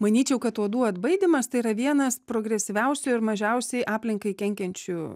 manyčiau kad uodų atbaidymas tai yra vienas progresyviausių ir mažiausiai aplinkai kenkiančių